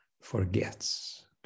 forgets